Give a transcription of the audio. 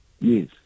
Yes